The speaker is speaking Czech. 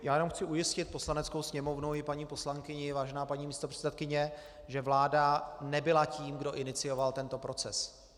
Já jenom chci ujistit Poslaneckou sněmovnu i paní poslankyni, vážená paní místopředsedkyně, že vláda nebyla tím, kdo inicioval tento proces.